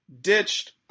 ditched